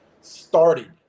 started